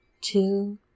two